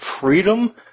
freedom